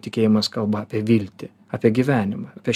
tikėjimas kalba apie viltį apie gyvenimą apie